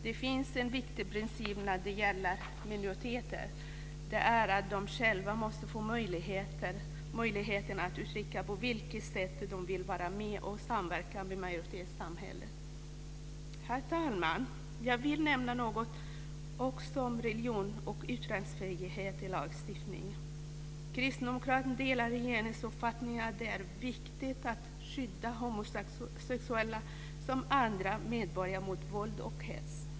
Det finns en viktig princip när det gäller minoriteter, det är att de själva måste få möjligheten att uttrycka på vilket sätt de vill vara med och samverka i majoritetssamhället. Herr talman! Jag vill nämna något om religionsoch yttrandefrihet i lagstiftning. Kristdemokraterna delar regeringens uppfattning att det är viktigt att skydda homosexuella som alla andra medborgare mot våld och hets.